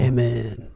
Amen